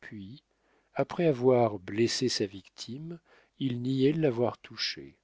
puis après avoir blessé sa victime il niait l'avoir touchée